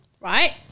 right